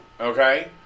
Okay